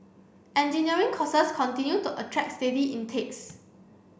engineering courses continue to attract steady intakes